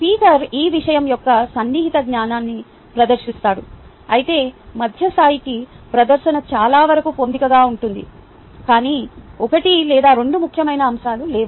speaker ఈ విషయం యొక్క సన్నిహిత జ్ఞానాన్ని ప్రదర్శిస్తాడు అయితే మధ్య స్థాయికి ప్రదర్శన చాలా వరకు పొందికగా ఉంటుంది కానీ ఒకటి లేదా రెండు ముఖ్యమైన అంశాలు లేవు